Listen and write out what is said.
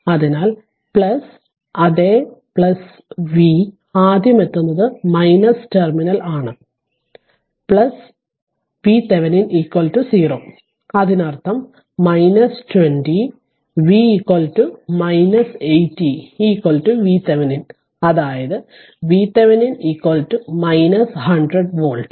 അതിനാൽ പ്ലസ് അതേ V ആദ്യം എത്തുന്നത് മൈനസ് ടെർമിനൽ ആണ് VThevenin 0 അതിനർത്ഥം 20 വി 80 VThevenin അതായത് VThevenin 100 വോൾട്ട്